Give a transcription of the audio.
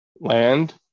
Land